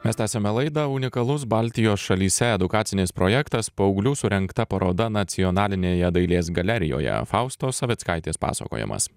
mes tęsiame laidą unikalus baltijos šalyse edukacinis projektas paauglių surengta paroda nacionalinėje dailės galerijoje faustos savickaitės pasakojimas